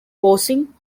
causing